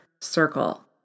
circle